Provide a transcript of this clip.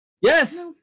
Yes